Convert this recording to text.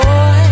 Boy